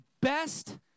best